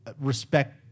respect